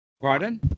Pardon